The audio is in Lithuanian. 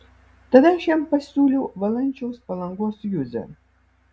tada aš jam pasiūliau valančiaus palangos juzę